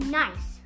nice